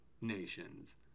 nations